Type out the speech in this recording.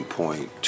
point